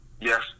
Yes